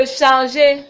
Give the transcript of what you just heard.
changer